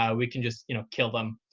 ah we can just you know kill them.